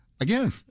again